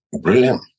brilliant